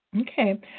Okay